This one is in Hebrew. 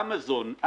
אמזון,